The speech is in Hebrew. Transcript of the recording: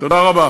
תודה רבה.